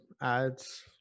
ads